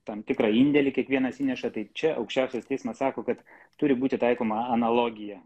tam tikrą indėlį kiekvienas įneša tai čia aukščiausias teismas sako kad turi būti taikoma analogija